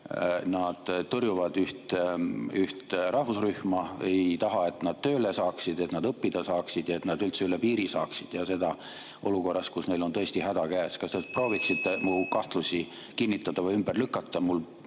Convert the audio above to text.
nad tõrjuvad ühte rahvusrühma, ei taha, et nad tööle saaksid, õppida saaksid, et nad üldse üle piiri saaksid, ja seda olukorras, kus neil on tõesti häda käes. Kas te prooviksite mu kahtlusi kinnitada või ümber lükata?